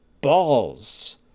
balls